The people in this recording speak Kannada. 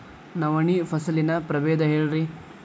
ನವಣಿ ಫಸಲಿನ ಪ್ರಭೇದ ಹೇಳಿರಿ